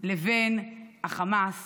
לבין החמאס